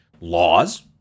laws